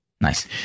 Nice